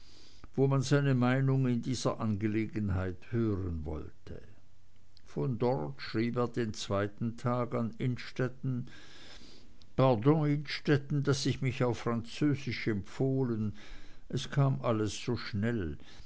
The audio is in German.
wo man seine meinung in dieser angelegenheit hören wollte von dort schrieb er den zweiten tag an innstetten pardon innstetten daß ich mich auf französisch empfohlen es kam alles so schnell